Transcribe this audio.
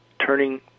turning